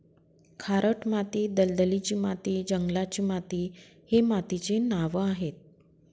खारट माती, दलदलीची माती, जंगलाची माती हे मातीचे नावं आहेत